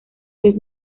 los